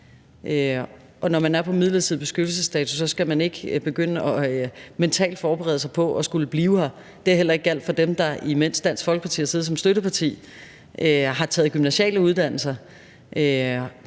når man er her med midlertidig beskyttelsesstatus, skal man ikke begynde mentalt at forberede sig på at skulle blive her. Det har heller ikke gjaldt for dem, der, imens Dansk Folkeparti har siddet